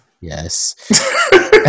Yes